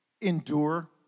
endure